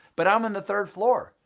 but i'm on the third floor,